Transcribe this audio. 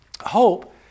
hope